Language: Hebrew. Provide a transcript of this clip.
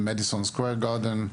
במדיסון סקוור גרדן,